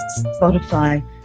Spotify